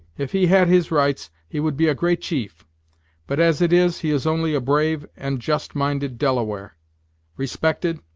if he had his rights, he would be a great chief but, as it is, he is only a brave and just-minded delaware respected,